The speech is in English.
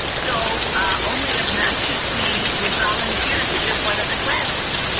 so only obnoxious me would volunteer to give one of the classes.